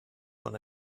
von